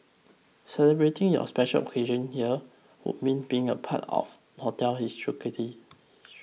celebrating your special occasions here would mean being a part of hotel